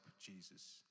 Jesus